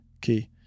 key